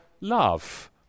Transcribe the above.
love